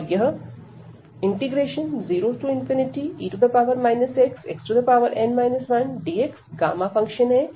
और यह 0e xxn 1dx gamma function है